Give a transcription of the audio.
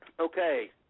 Okay